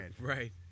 Right